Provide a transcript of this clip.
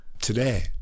today